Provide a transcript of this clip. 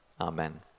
amen